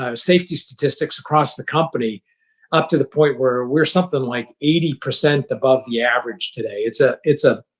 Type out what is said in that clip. um safety statistics across the company up to the point where we were something like eighty percent above the average today. it's ah it's ah